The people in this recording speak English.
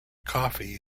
coffee